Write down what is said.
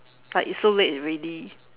like it's so late already